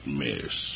miss